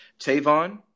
Tavon